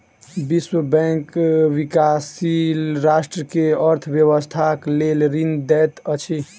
विश्व बैंक विकाशील राष्ट्र के अर्थ व्यवस्थाक लेल ऋण दैत अछि